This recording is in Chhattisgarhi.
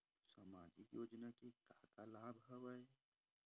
सामाजिक योजना के का का लाभ हवय?